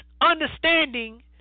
understanding